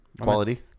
Quality